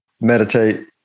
meditate